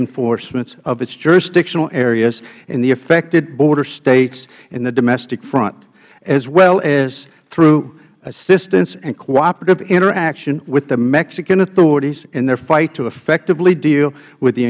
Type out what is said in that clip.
enforcements of its jurisdictional areas in the affected border states in the domestic front as well as through assistance and cooperative interaction with the mexican authorities in their fight to effectively deal with the